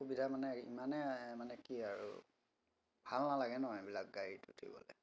সুবিধা মানে ইমানেই মানে কি আৰু ভাল নালাগে ন এইবিলাক গাড়ীত উঠিবলৈ